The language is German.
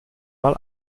mal